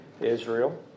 Israel